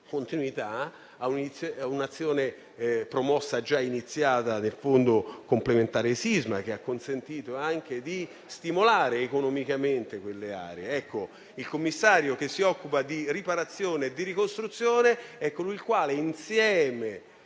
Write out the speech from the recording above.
a un'azione già promossa nel fondo complementare area sisma, che ha consentito anche di stimolare economicamente quelle aree. Il commissario che si occupa di riparazione e di ricostruzione è colui il quale, insieme